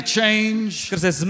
change